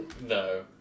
no